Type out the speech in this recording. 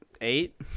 eight